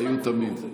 היו תמיד.